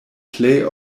plej